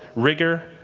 rigor,